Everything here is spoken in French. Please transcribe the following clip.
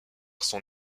sont